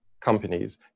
companies